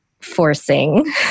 forcing